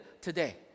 today